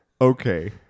Okay